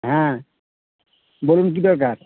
হ্যাঁ বলুন কী দরকার